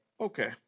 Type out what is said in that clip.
okay